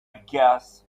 guess